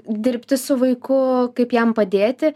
dirbti su vaiku kaip jam padėti